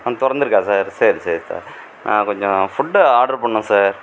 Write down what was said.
துறந்துருக்கா sir சரி சரி sir கொஞ்சம் ஃபுட்டு ஆர்ட்ரு பண்ணும் சார்